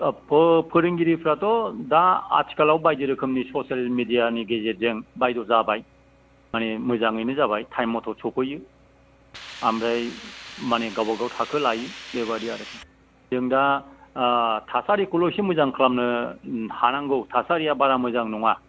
फ' फोरोंगिरिफ्राथ' दा आथिखालाव बायदि रोखोमनि ससेल मेडियानि गेजेरजों बायद' जाबाय मानि मोजाङैनो जाबाय टाइम मथ' सौफैयो आमफ्राय मानि गावबा गाव थाखो लायो बेबादि आरोखि जों दा थासारिखौल' एसे मोजां खालामनो हानांगौ थासारिया बारा मोजां नङा